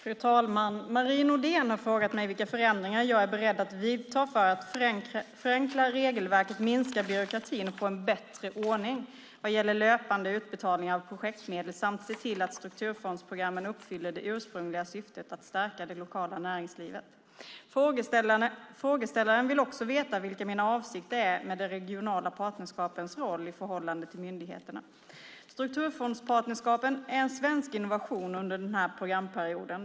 Fru talman! Marie Nordén har frågat mig vilka förändringar jag är beredd att vidta för att förenkla regelverket, minska byråkratin och få en bättre ordning vad gäller löpande utbetalningar av projektmedel samt se till att strukturfondsprogrammen uppfyller det ursprungliga syftet att stärka det lokala näringslivet. Frågeställaren vill också veta vilka mina avsikter är med de regionala partnerskapens roll i förhållande till myndigheterna. Strukturfondspartnerskapen är en svensk innovation under den här programperioden.